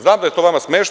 Znam da je to vama smešno.